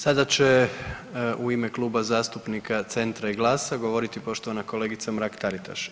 Sada će u ime Kluba zastupnika Centra i GLAS-a govoriti poštovana kolegica Mrak Taritaš.